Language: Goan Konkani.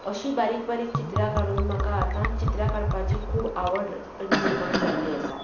अशी बारीक बारीक चित्रां काडून म्हाका आतां चित्रां काडपाची खूब आवड निर्माण जाल्ली आसा